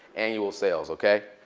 annual sales, ok?